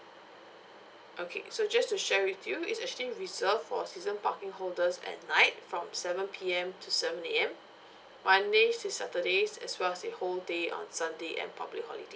okay so just to share with you it's actually reserved for season parking holders at night from seven P_M to seven A_M monday till saturday as well as a whole day on sunday and public holiday